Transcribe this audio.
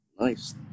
Nice